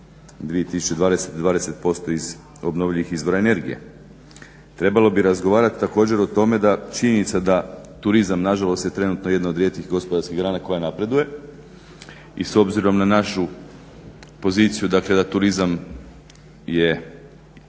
… 20% iz obnovljivih izvora energije. Trebalo bi razgovarati također o tome da, činjenica je da turizam nažalost je trenutno jedna o rijetkih gospodarskih grana koja napreduje i s obzirom na našu poziciju dakle da turizam je